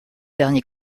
dernier